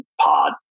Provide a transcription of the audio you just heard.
pod